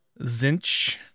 Zinch